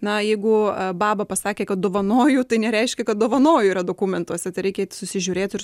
na jeigu baba pasakė kad dovanoju tai nereiškia kad dovanoju yra dokumentuose tai reikia susižiūrėti ir